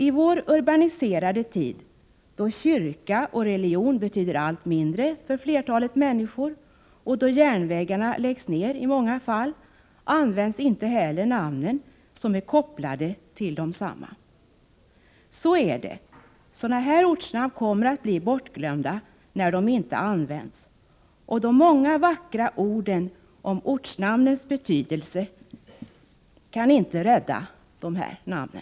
I vår urbaniserade tid, då kyrka och religion betyder allt mindre för flertalet människor och då järnvägarna läggs ner i många fall, används inte heller namnen som är kopplade till kyrkor och järnvägsstationer. Så är det — sådana här ortsnamn kommer att bli bortglömda när de inte används, och de många vackra orden om ortsnamnens betydelse kan inte rädda dessa namn.